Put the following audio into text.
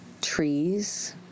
trees